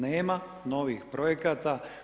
Nema novih projekata.